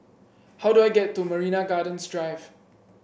how do I get to Marina Gardens Drive